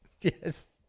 Yes